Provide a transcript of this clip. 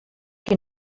qui